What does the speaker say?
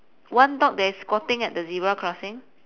one dog that is squatting at the zebra crossing